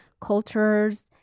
cultures